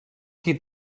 qui